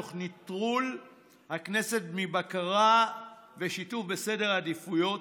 תוך נטרול הכנסת מבקרה ושיתוף בסדר העדיפויות,